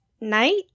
night